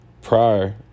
prior